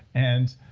and